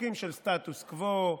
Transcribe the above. חוקים של סטטוס קוו,